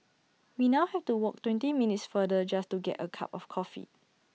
we now have to walk twenty minutes farther just to get A cup of coffee